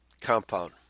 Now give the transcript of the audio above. Compound